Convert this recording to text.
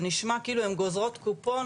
זה נשמע כאילו הן גוזרות קופות.